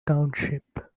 township